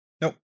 Nope